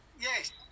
Yes